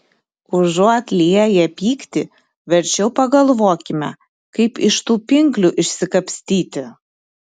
užuot lieję pyktį verčiau pagalvokime kaip iš tų pinklių išsikapstyti